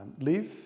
live